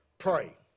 pray